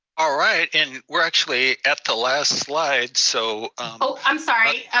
all right, and we're actually at the last slide. so oh, i'm sorry.